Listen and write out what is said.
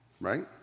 right